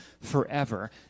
forever